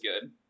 good